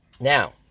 Now